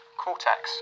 cortex